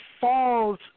falls